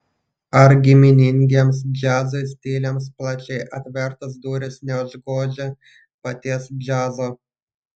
ar giminingiems džiazui stiliams plačiai atvertos durys neužgožia paties džiazo